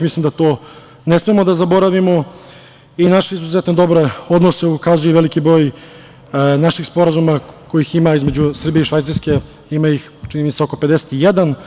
Mislim da to ne smemo da zaboravimo i naše izuzetno dobre odnose ukazuje i veliki broj naših sporazuma kojih ima između Srbije i Švajcarske ima ih oko 51.